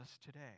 today